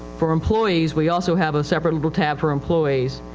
for employees we also have a separate little tab for employees.